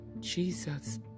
Jesus